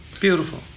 Beautiful